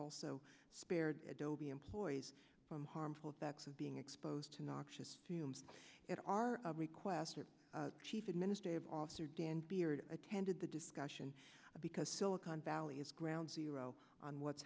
also spared adobe employees from harmful effects of being exposed to noxious tombs at our request or chief administrative officer dan beard attended the discussion because silicon valley is ground zero on what's